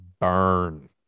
burn